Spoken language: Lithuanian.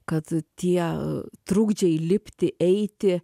kad tie trukdžiai lipti eiti